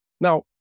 Now